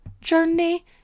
journey